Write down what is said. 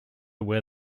where